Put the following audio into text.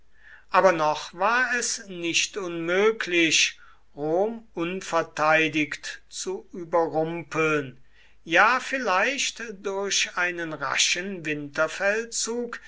aber noch war es nicht unmöglich rom unverteidigt zu überrumpeln ja vielleicht durch einen raschen winterfeldzug